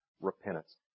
repentance